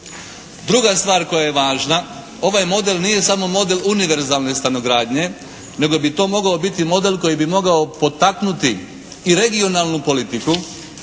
Druga stvar koja je važna. Ovaj model nije samo model univerzalne stanogradnje nego bi to mogao biti model koji bi mogao potaknuti i regionalnu politiku